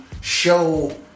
show